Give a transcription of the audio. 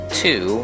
two